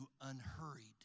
unhurried